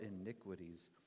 iniquities